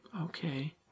Okay